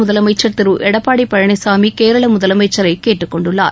முதலமைச்சர் திரு எடப்பாடி பழனிசாமி கேரள முதலமைச்சரை கேட்டுக்கொண்டுள்ளார்